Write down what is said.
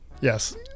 yes